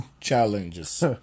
challenges